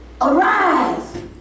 Arise